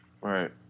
Right